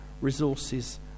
resources